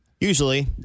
Usually